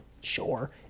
sure